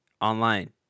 online